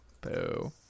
Boo